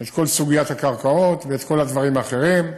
את כל סוגיית הקרקעות ואת כל הדברים האחרים,